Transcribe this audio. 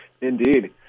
Indeed